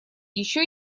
еще